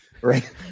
right